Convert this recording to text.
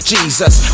Jesus